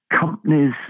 companies